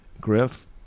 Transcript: Griff